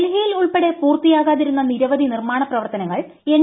ഡൽഹിയിൽ ഉൾപ്പെടെപൂർത്തിയാകാതിരുന്ന നിരവധി നിർമാണ പ്രവർത്തനങ്ങൾ എൻ